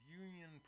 union